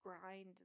grind